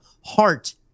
Heart